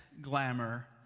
Glamour